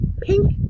pink